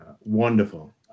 wonderful